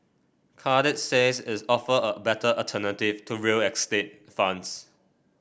Cadre says its offer a better alternative to real estate funds